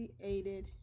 created